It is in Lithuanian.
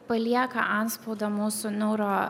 palieka antspaudą mūsų neuro